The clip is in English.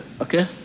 okay